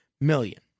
million